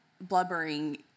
blubbering